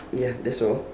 ya that's all